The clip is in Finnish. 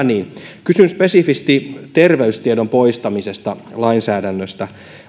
niin kysyn spesifisti terveystiedon poistamisesta lainsäädännöstä